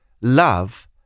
Love